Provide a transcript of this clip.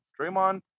Draymond